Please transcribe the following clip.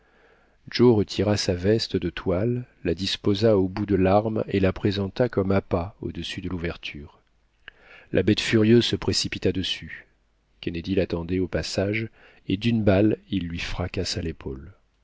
joe retirant sa veste de toile la disposa au bout de l'arme et la présenta comme appât au-dessus de l'ouverture la bête furieuse se précipita dessus kennedy l'attendait au passage et d'une balle il lui fracassa l'épaule